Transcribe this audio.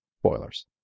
Spoilers